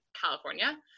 California